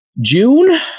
June